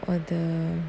or the